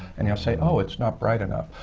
and he'll say, oh, it's not bright enough.